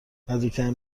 نزدیکترین